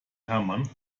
hermann